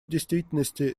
действительности